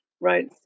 right